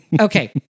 Okay